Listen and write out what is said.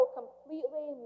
completely